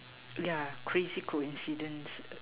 yeah crazy coincidence